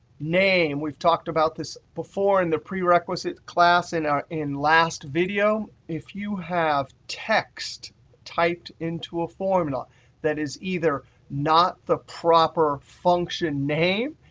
name we've talked about this before in the prerequisite class and in the last video. if you have text typed into a formula that is either not the proper function name,